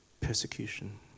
persecution